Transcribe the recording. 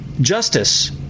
justice